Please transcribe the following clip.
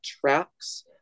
tracks